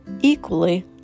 equally